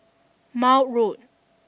Maude Road